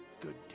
good